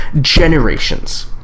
generations